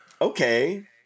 okay